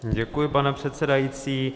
Děkuji, pane předsedající.